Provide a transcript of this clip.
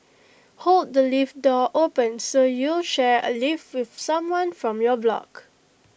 hold the lift door open so you'll share A lift with someone from your block